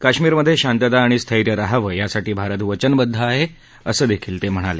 काश्मीरमधे शांतता आणि स्थैर्य रहावं यासाठी भारत वचनबद्ध आहे असं ते म्हणाले